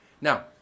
Now